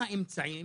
מהם האמצעים